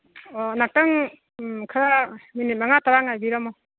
ꯑꯣ ꯉꯥꯛꯇꯪ ꯎꯝ ꯈꯔ ꯃꯤꯅꯤꯠ ꯃꯉꯥ ꯇꯔꯥ ꯉꯥꯏꯕꯤꯔꯝꯃꯣ